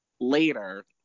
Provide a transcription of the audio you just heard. later